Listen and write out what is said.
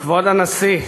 כבוד הנשיא,